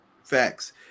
Facts